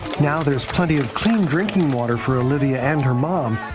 now there's plenty of clean drinking water for olivia and her mom,